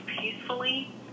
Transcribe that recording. peacefully